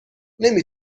نمی